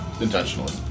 intentionally